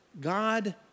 God